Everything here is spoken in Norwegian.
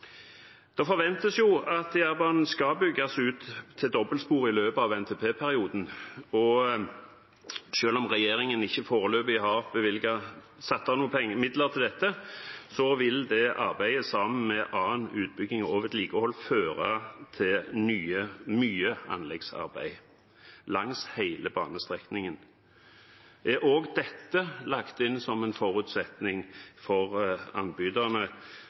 Det forventes jo at Jærbanen skal bygges ut med dobbeltspor i løpet av NTP-perioden. Selv om regjeringen foreløpig ikke har satt av noen midler til dette, vil det arbeidet, sammen med annen utbygging og vedlikehold, føre til mye anleggsarbeid langs hele banestrekningen. Er også dette lagt inn som en forutsetning for alle anbyderne,